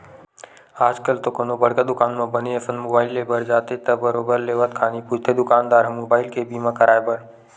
आजकल तो कोनो बड़का दुकान म बने असन मुबाइल ले बर जाबे त बरोबर लेवत खानी पूछथे दुकानदार ह मुबाइल के बीमा कराय बर